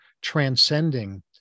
transcending